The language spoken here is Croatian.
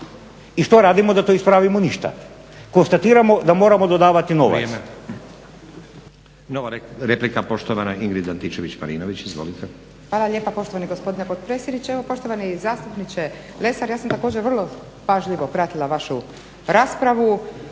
i što radimo da to ispravimo? Ništa. konstatiramo da moramo dodavati novac.